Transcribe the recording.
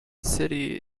city